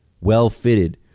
Well-fitted